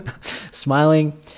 Smiling